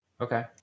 Okay